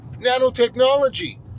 Nanotechnology